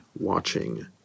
watching